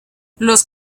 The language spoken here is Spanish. los